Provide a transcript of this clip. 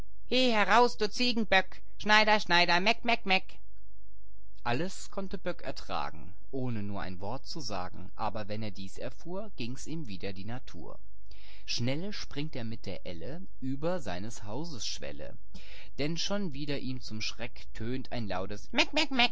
du ziegen böck schneider schneider meck meck meck alles konnte böck ertragen ohne nur ein wort zu sagen aber wenn er dies erfuhr ging's ihm wider die natur illustration böck kommt schnelle springt er mit der elle über seines hauses schwelle denn schon wieder ihm zum schreck tönt ein lautes